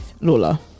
Lola